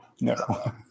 no